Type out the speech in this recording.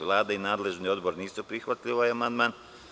Vlada i nadležni odbor nisu prihvatili amandman.